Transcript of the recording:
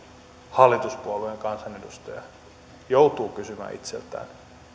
hallituspuolueen kansanedustaja joutuu kysymään itseltään